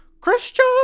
Christian